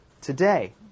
today